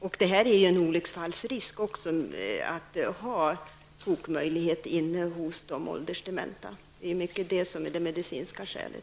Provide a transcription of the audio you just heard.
Att ha en kokmöjlighet inne hos åldersdementa innebär ju också en olycksfallsrisk. Det är mycket detta som är det medicinska skälet.